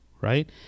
right